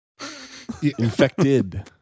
Infected